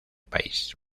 país